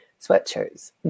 sweatshirts